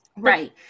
Right